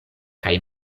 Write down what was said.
kaj